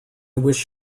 wish